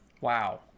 Wow